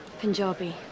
Punjabi